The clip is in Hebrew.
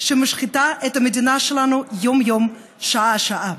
שמשחיתה את המדינה שלנו יום-יום, שעה-שעה.